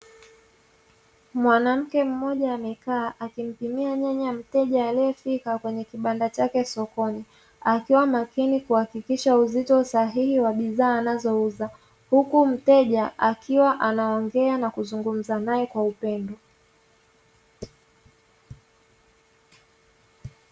Mwanamke mmoja amekaa, akimpimia nyanya mteja aliyefika kwenye kibanda chake sokoni, akiwa makini kuhakikisha uzito sahihi wa bidhaa anazouza, huku mteja akiwa anaongea na kuzungumza naye kwa upendo.